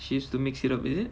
she has to mix it up is it